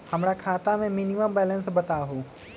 हमरा खाता में मिनिमम बैलेंस बताहु?